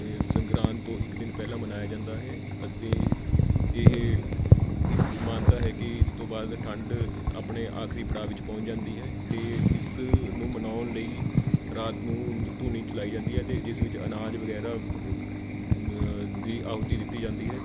ਸੰਗਰਾਂਦ ਤੋਂ ਇੱਕ ਦਿਨ ਪਹਿਲਾਂ ਮਨਾਇਆ ਜਾਂਦਾ ਹੈ ਅਤੇ ਇਹ ਇਸ ਮਾਨਤਾ ਹੈ ਕਿ ਇਸ ਤੋਂ ਬਾਅਦ ਠੰਡ ਆਪਣੇ ਆਖਰੀ ਪੜਾਅ ਵਿੱਚ ਪਹੁੰਚ ਜਾਂਦੀ ਹੈ ਅਤੇ ਇਸ ਨੂੰ ਮਨਾਉਣ ਲਈ ਰਾਤ ਨੂੰ ਧੂਣੀ ਜਲਾਈ ਜਾਂਦੀ ਹੈ ਅਤੇ ਜਿਸ ਵਿੱਚ ਅਨਾਜ ਵਗੈਰਾ ਦੀ ਆਹੂਤੀ ਦਿੱਤੀ ਜਾਂਦੀ ਹੈ